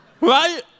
right